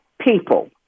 people